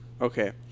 Okay